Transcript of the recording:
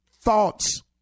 thoughts